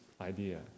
idea